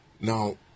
now